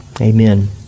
amen